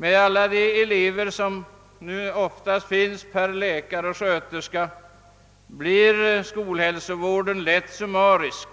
Med alla de elver som nu ofta finns per läkare och sjuksköterska blir hälsovården lätt summarisk.